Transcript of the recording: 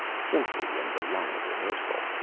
simply in the line of rehearsal.